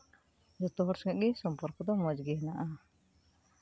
ᱡᱚᱛᱚᱦᱚᱲ ᱥᱚᱝᱜᱮ ᱥᱚᱢᱯᱚᱨᱠᱚ ᱫᱚ ᱢᱚᱸᱡᱽᱜᱮ ᱢᱮᱱᱟᱜᱼᱟ